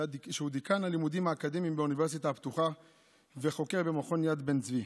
שהוא דיקן הלימודים האקדמיים באוניברסיטה הפתוחה וחוקר במכון יד בן-צבי,